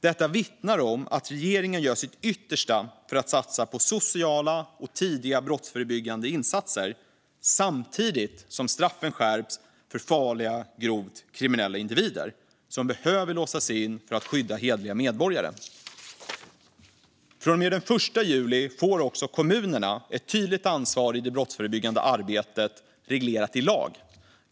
Detta vittnar om att regeringen gör sitt yttersta för att satsa på sociala och tidiga brottsförebyggande insatser, samtidigt som straffen skärps för farliga, grovt kriminella individer, som behöver låsas in för att skydda hederliga medborgare. Från och med den 1 juli får också kommunerna ett tydligt ansvar för det brottsförebyggande arbetet, reglerat i lag.